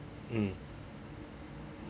mm